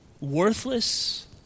worthless